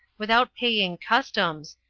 without paying customs,